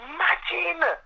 Imagine